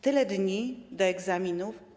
Tyle dni do egzaminów.